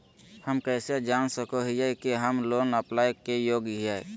हम कइसे जान सको हियै कि हम लोन अप्लाई के योग्य हियै?